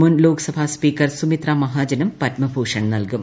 മുൻ ലോക്സഭാ സ്പീക്കർ സുമിത്ര മഹാജനും പത്മഭൂഷ്ട്രൺ നൽകും